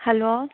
hello